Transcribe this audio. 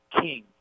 king